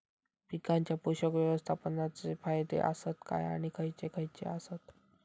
पीकांच्या पोषक व्यवस्थापन चे फायदे आसत काय आणि खैयचे खैयचे आसत?